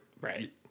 Right